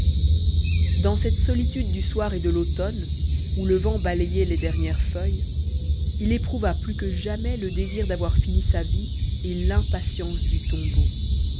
dans cette solitude du soir et de l'automne où le vent balayait les dernières feuilles il éprouva plus que jamais le désir d'avoir fini sa vie et l'impatience du tombeau